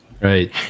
Right